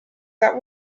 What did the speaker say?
that